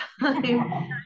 time